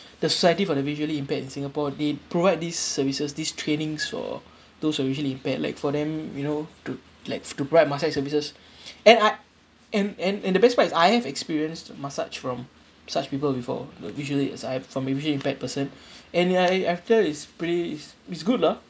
the society for the visually impaired in singapore they provide these services these trainings for those who are visually impaired like for them you know to like to provide massage services and I and and and the best part is I have experienced massage from such people before the visually as I from a visually impaired person and I I felt it's pretty it's it's good lah